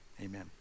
amen